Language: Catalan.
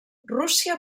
rússia